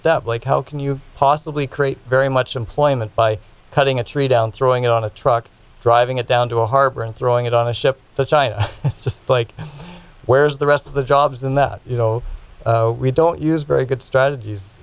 step like how can you possibly create very much employment by cutting a tree down throwing it on a truck driving it down to a harbor and throwing it on a ship to china just like where's the rest of the jobs in that you know we don't use very good strategies